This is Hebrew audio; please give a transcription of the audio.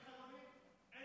אני חייב להגיד לך,